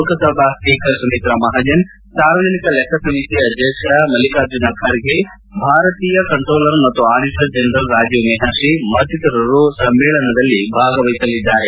Lok Sabha speaker Sumitra Mahajan ಸಾರ್ವಜನಿಕ ಲೆಕ್ಕ ಸಮಿತಿ ಅಧ್ಯಕ್ಷ ಮಲ್ಲಿಕಾರ್ಜುನ ಖರ್ಗೆ ಭಾರತೀಯ ಕಂಟ್ರೋಲರ್ ಮತ್ತು ಆಡಿಟರ್ ಜನರಲ್ ರಾಜೀವ್ ಮೆಹರ್ಷಿ ಮತ್ತಿತರರು ಸಮ್ಮೇಳನದಲ್ಲಿ ಭಾಗವಹಿಸಲಿದ್ದಾರೆ